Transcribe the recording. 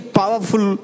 powerful